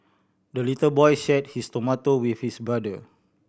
the little boy shared his tomato with his brother